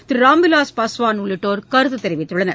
திரு ராம்விலாஸ் பாஸ்வான் உள்ளிட்டோர் கருத்து தெரிவித்துள்ளனர்